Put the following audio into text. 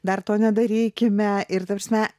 dar to nedarykime ir ta prasme